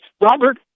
Robert